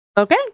Okay